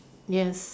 yes